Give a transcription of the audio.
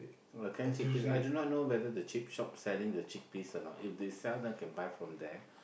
or can chickpeas I do not know whether the cheap shop selling the chickpeas or not if they sell then can buy from there